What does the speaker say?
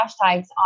hashtags